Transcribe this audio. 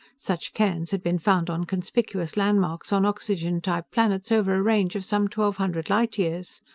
such cairns had been found on conspicuous landmarks on oxygen-type planets over a range of some twelve hundred light-years.